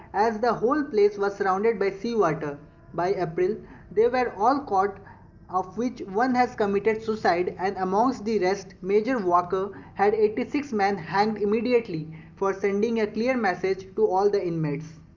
as the whole place was surrounded by sea like water, by april they were all caught of which one has committed suicide and amongst the rest major walker had eighty six men hanged immediately for sending a clear message to all the inmates.